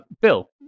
Bill